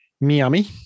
Miami